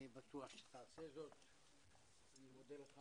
אני בטוח שתעשה זאת, אני מודה לך.